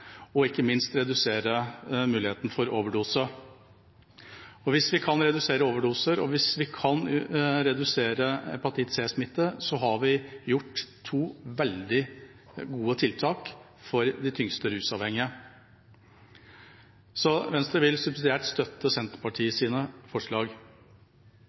og ikke minst redusere muligheten for overdose. Hvis vi kan redusere overdoser og redusere hepatitt C-smitte, har vi gjort to veldig gode tiltak for de tyngst rusavhengige, så Venstre vil subsidiært støtte Senterpartiets forslag.